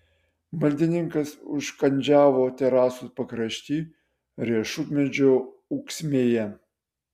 maldininkas užkandžiavo terasos pakrašty riešutmedžio ūksmėje